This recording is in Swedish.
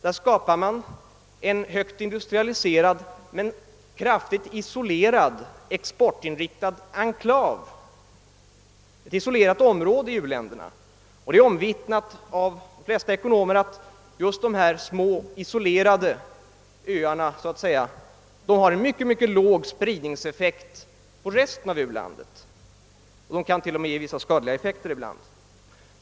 Då skapar man en högt industrialiserad men kraftigt isolerad exportinriktad enklav, ett isolerat område i u-länderna, och det är omvittnat av de flesta ekonomer att just dessa små isolerade öar — låt mig använda det uttrycket — har en mycket låg spridningseffekt på resten av u-länderna; de kan t.o.m. ge vissa skadliga effekter ibland.